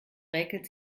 räkelt